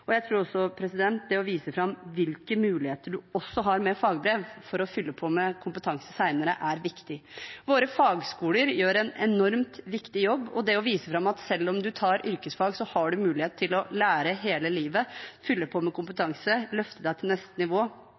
Jeg tror også at det å vise fram hvilke muligheter man har med fagbrev for å fylle på med kompetanse senere, er viktig. Våre fagskoler gjør en enormt viktig jobb, og det å vise fram at selv om man tar yrkesfag, har man mulighet til å lære hele livet, fylle på med kompetanse, løfte seg til neste nivå